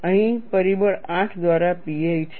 અહીં પરિબળ 8 દ્વારા pi છે